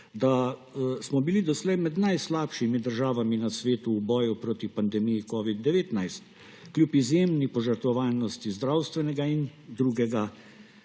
da smo bili doslej med najslabšimi državami na svetu v boju proti pandemiji covida-19 kljub izjemni požrtvovalnosti zdravstvenega in drugega